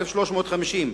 1,350,